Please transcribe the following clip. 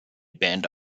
band